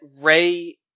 Ray